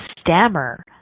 stammer